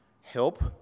help